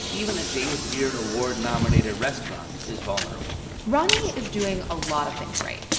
even a james beard award-nominated restaurant is vulnerable roni is doing a lot of things right.